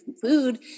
food